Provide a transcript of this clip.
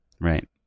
Right